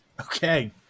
Okay